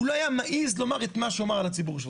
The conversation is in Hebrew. הוא לא היה מעז לומר את מה שהוא אמר על הציבור שלך.